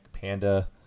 Panda